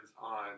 on